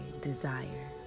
desire